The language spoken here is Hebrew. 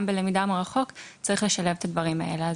בלמידה מרחוק צריך לשלב את הדברים האלה.